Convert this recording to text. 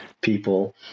people